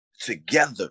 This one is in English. together